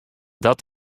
dat